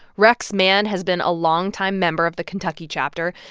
rex mann has been a longtime member of the kentucky chapter.